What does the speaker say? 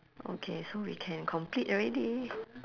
okay so we can complete already